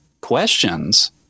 questions